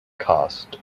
caused